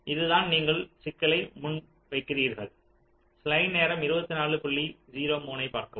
இதுதான் நீங்கள் சிக்கலை முன்வைக்கிறீர்கள்